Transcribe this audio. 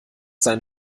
seinen